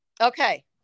Okay